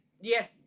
yes